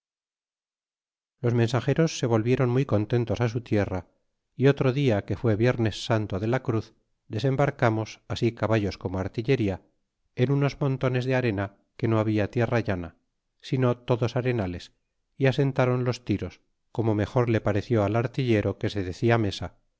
los mensageros se volviéron muy contentos su tierra y otro dia que fué viérnes santo de la cruz desembarcamos así caballos como artillería en unos montones de arena que no habia tierra llana sino todos arenales y asentáron los tiros como mejor le pareció al artillero que se decia mesa